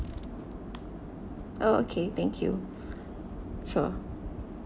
oh okay thank you sure